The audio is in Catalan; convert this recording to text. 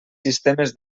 sistemes